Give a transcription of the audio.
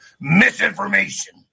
misinformation